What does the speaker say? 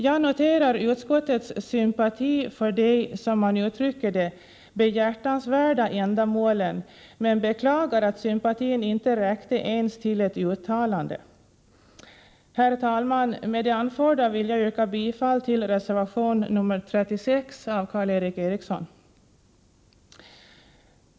Jag noterar utskottets sympati för de som man uttrycker det behjärtansvärda ändamålen men beklagar att sympatin inte räckte ens till ett uttalande. Herr talman! Med det anförda vill jag yrka bifall till reservation nr 36 av Karl Erik Eriksson.